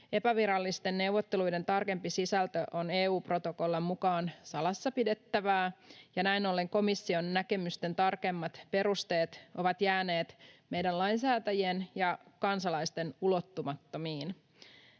Epävirallisten neuvotteluiden tarkempi sisältö on EU-protokollan mukaan salassa pidettävää, ja näin ollen komission näkemysten tarkemmat perusteet ovat jääneet meidän lainsäätäjien ja kansalaisten ulottumattomiin.